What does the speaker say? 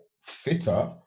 fitter